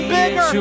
bigger